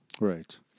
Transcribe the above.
Right